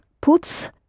puts